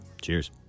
Cheers